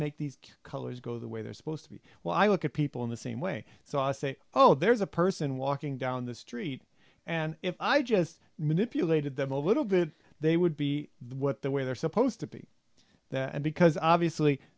make these colors go the way they're supposed to be while i look at people in the same way so i say oh there's a person walking down the street and if i just manipulated them a little bit they would be what the way they're supposed to be and because obviously